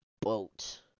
boat